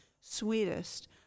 sweetest